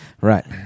Right